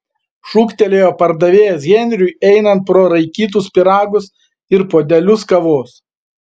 šūktelėjo pardavėjas henriui einant pro raikytus pyragus ir puodelius kavos